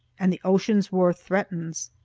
and the ocean's roar threatens.